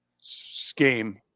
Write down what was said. scheme